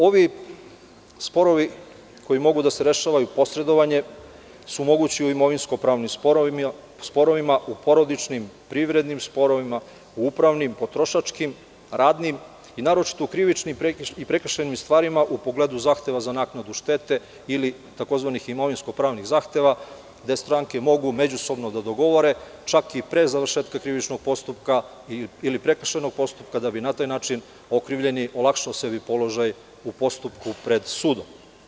Ovi sporovi koji mogu da se rešavaju posredovanjem su mogući u imovinsko-pravnim sporovima, u porodičnim, privrednim, upravnim, potrošačkim, radnim i naročito u krivičnim i prekršajnim stvarima u pogledu zahteva za naknadu štete ili tzv. imovinsko-pravnih zahteva, gde stranke mogu međusobno da dogovore čak i pre završetka krivičnog postupka ili prekršajnog postupka, da bi na taj način okrivljeni olakšao sebi položaj u postupku pred sudom.